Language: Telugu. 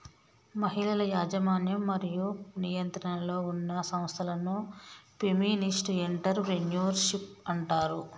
మహిళల యాజమాన్యం మరియు నియంత్రణలో ఉన్న సంస్థలను ఫెమినిస్ట్ ఎంటర్ ప్రెన్యూర్షిప్ అంటారు